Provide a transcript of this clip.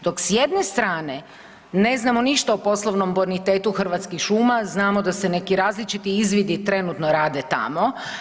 Dok s jedne strane ne znamo ništa o poslovnom bonitetu Hrvatskih šuma znamo da se neki različiti izvidi trenutno rade tamo.